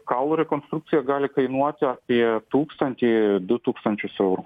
kaulo rekonstrukcija gali kainuoti apie tūkstantį du tūkstančius eurų